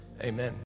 Amen